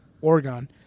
Oregon